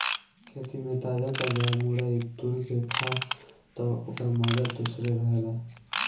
खेते में ताजा ताजा मुरई तुर के खा तअ ओकर माजा दूसरे रहेला